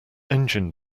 engine